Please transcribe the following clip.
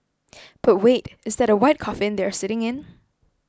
but wait is that a white coffin they are sitting in